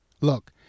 Look